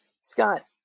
Scott